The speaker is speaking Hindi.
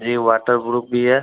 जी वाटरप्रूफ़ भी है